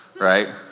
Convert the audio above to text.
right